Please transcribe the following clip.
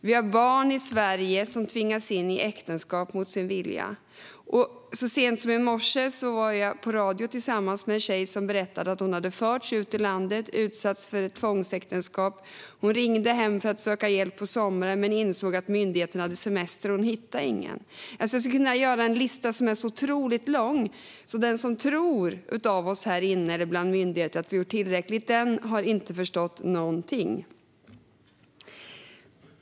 Vi har också barn i Sverige som tvingas in i äktenskap mot sin vilja. Så sent som i morse var jag på radio tillsammans med en tjej som berättade att hon hade förts ut ur landet och utsatts för tvångsäktenskap. Hon ringde hem för att söka hjälp på sommaren, men insåg att myndigheten hade semester. Hon hittade ingen. Jag skulle kunna göra en otroligt lång lista. Den av oss här inne eller hos myndigheter som tror att vi har gjort tillräckligt har inte förstått någonting.